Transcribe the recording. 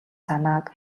санааг